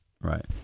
Right